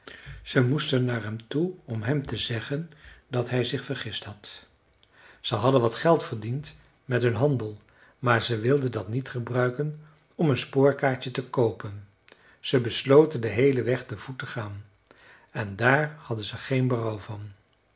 ze moesten naar hem toe om hem te zeggen dat hij zich vergist had ze hadden wat geld verdiend met hun handel maar ze wilden dat niet gebruiken om een spoorkaartje te koopen ze besloten den heelen weg te voet te gaan en daar hadden ze geen berouw van